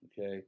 Okay